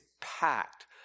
packed